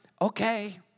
Okay